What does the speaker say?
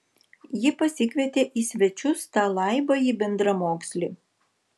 ji pasikvietė į svečius tą laibąjį bendramokslį